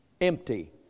empty